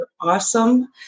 awesome